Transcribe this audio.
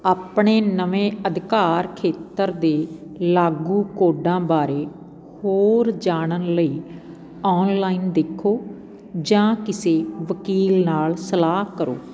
ਆਪਣੇ ਨਵੇਂ ਅਧਿਕਾਰ ਖੇਤਰ ਦੇ ਲਾਗੂ ਕੋਡਾਂ ਬਾਰੇ ਹੋਰ ਜਾਣਨ ਲਈ ਔਨਲਾਈਨ ਦੇਖੋ ਜਾਂ ਕਿਸੇ ਵਕੀਲ ਨਾਲ ਸਲਾਹ ਕਰੋ